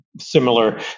Similar